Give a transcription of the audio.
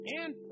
And